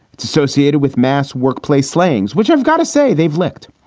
it's associated with mass workplace slayings, which i've got to say they've linked.